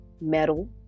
metal